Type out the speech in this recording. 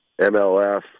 MLF